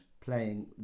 Playing